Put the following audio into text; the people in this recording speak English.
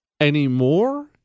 anymore